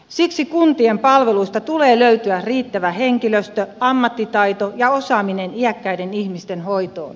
siksi kuntien palveluista tulee löytyä riittävä henkilöstö ammattitaito ja osaaminen iäkkäiden ihmisten hoitoon